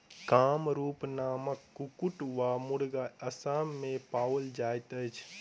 कामरूप नामक कुक्कुट वा मुर्गी असाम मे पाओल जाइत अछि